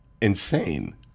insane